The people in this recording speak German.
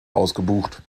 ausgebucht